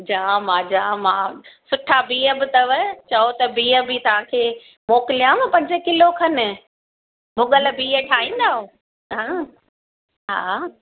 जाम आहे जाम आहे सुठा बीह बि अथव चओ त बीह बि तव्हांखे मोकिलिया पंज किलो खनि भुगल बीहु ठाहींदा अहियो हा